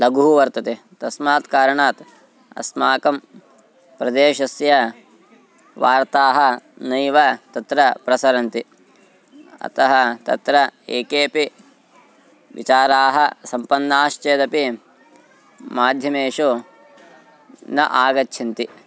लघुः वर्तते तस्मात् कारणात् अस्माकं प्रदेशस्य वार्ताः नैव तत्र प्रसरन्ति अतः तत्र एकेपि विचाराः सम्पन्नाश्चेदपि माध्यमेषु न आगच्छन्ति